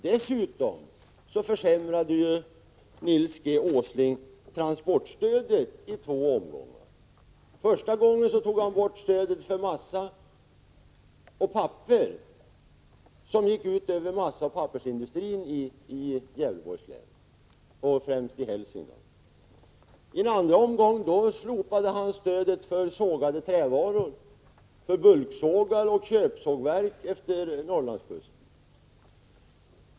Dessutom försämrade Nils Åsling transportstödet i två omgångar. I en första omgång tog han bort stödet för massa och papper, vilket gick ut över massaoch pappersindustrin i Gävleborgs län, främst i Hälsingland. I en andra omgång slopade han stödet för sågade trävaror, för bulksågar och köpsågverk utefter Norrlandskusten.